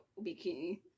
bikini